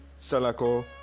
Salako